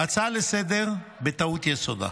ההצעה לסדר-היום, בטעות יסודה.